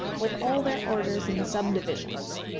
with all their orders and subdivisions.